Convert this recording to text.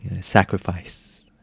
sacrifice